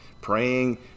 praying